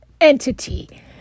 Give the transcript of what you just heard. entity